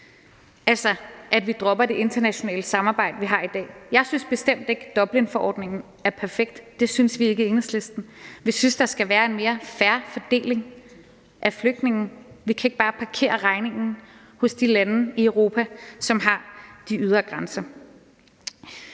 altså at vi dropper det internationale samarbejde, vi er en del af i dag. I Enhedslisten synes vi bestemt ikke, at Dublinforordningen er perfekt. Vi synes, der skal være en mere fair fordeling af flygtningene – vi kan ikke bare parkere regningen hos de lande i Europa, som danner de ydre grænser.